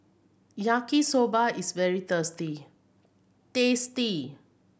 Yaki Soba is very thirsty tasty